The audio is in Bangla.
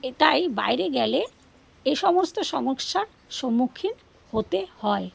এ তাই বাইরে গেলে এ সমস্ত সমস্যার সম্মুখীন হতে হয়